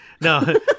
no